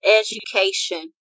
education